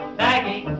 baggy